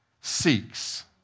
seeks